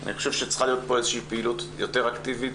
אני חושב שצריכה להיות פה איזושהי פעילות יותר אקטיבית,